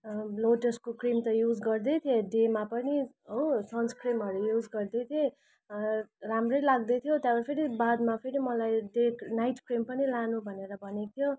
लोटसको cream त use गर्दै थिएँ डेमा पनि हो सनस्क्रिनहरू युज गर्दै थिएँ राम्रै लाग्दै थियो त्यहाँबाट फेरि बादमा फेरि मलाई डे नाइट क्रिम पनि लानु भनेर भनेको थियो